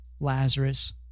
Lazarus